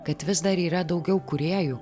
kad vis dar yra daugiau kūrėjų